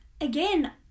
Again